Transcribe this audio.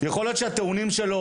יכול להיות שהטיעונים שלו